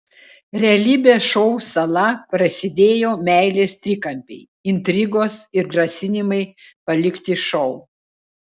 realybės šou sala prasidėjo meilės trikampiai intrigos ir grasinimai palikti šou